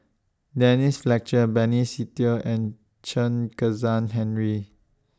Denise Fletcher Benny Se Teo and Chen Kezhan Henri